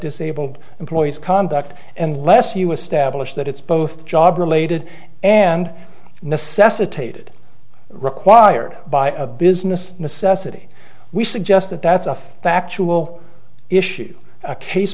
disabled employees conduct and less you establish that it's both job related and necessitated required by a business necessity we suggest that that's a factual issue a case